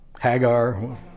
Hagar